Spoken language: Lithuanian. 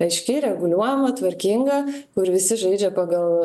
aiški reguliuojama tvarkinga kur visi žaidžia pagal